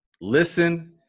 listen